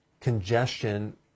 congestion